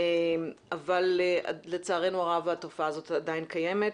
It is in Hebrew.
אבל לצערנו הרב התופעה הזאת עדיין קיימת,